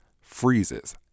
freezes